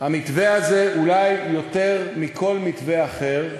המתווה הזה, אולי יותר מכל מתווה אחר,